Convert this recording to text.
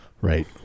Right